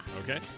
Okay